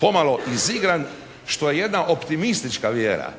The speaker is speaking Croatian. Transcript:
pomalo izigran što je jedna optimistička vjera